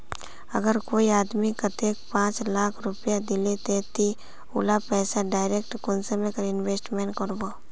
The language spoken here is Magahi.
अगर कोई आदमी कतेक पाँच लाख रुपया दिले ते ती उला पैसा डायरक कुंसम करे इन्वेस्टमेंट करबो?